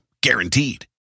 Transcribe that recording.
guaranteed